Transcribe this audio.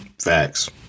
Facts